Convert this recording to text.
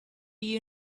you